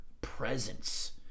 presence